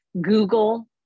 Google